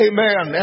Amen